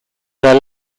their